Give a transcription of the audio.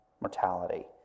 mortality